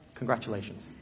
congratulations